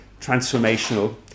transformational